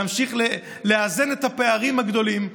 תמשיך לאזן את הפערים הגדולים.